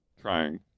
Trying